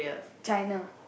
China